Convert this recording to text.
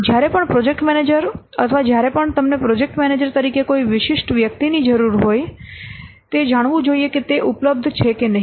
જ્યારે પણ project manager અથવા જ્યારે પણ તમને પ્રોજેક્ટ મેનેજર તરીકે કોઈ વિશિષ્ટ વ્યક્તિની જરૂર હોય તે જાણવું જોઈએ કે તે ઉપલબ્ધ છે કે નહીં